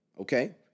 okay